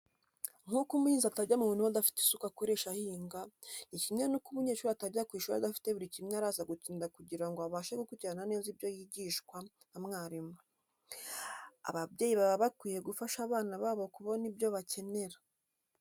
Nk'uko umuhinzi atajya mu murima adafite isuka akoresha ahinga, ni kimwe n'uko umunyeshuri atajya ku ishuri adafite buri kimwe araza gukenera kugira ngo abashe gukurikirana neza ibyo yigishwa na mwalimu. Ababyeyi baba bakwiye gufasha abana babo kubona ibyo bakenera.